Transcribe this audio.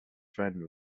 friend